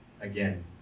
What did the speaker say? again